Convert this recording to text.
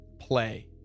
play